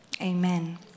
amen